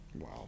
Wow